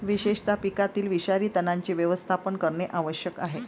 विशेषतः पिकातील विषारी तणांचे व्यवस्थापन करणे आवश्यक आहे